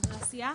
חברי הסיעה.